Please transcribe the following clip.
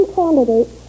candidates